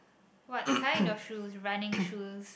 what kind of shoes running shoes